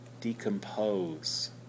Decompose